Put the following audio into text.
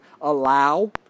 allow